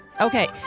Okay